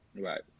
Right